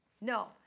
No